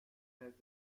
teilt